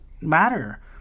matter